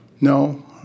No